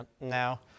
now